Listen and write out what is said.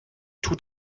tut